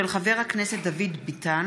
של חבר הכנסת דוד ביטן